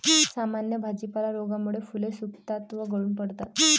सामान्य भाजीपाला रोगामुळे फुले सुकतात व गळून पडतात